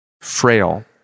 frail